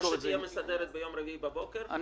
שתהיה ועדה מסדרת ביום רביעי בבוקר,